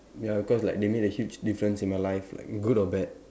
ya cause like they made a huge difference in my life like good or bad